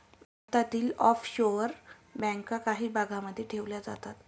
भारतातील ऑफशोअर बँका काही भागांमध्ये ठेवल्या जातात